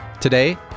Today